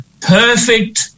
perfect